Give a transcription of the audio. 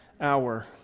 hour